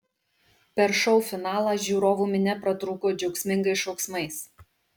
per šou finalą žiūrovų minia pratrūko džiaugsmingais šauksmais